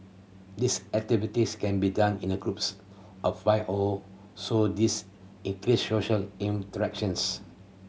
these activities can be done in a groups of five or so this increase social interactions